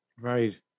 Right